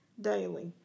daily